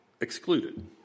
excluded